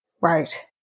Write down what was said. Right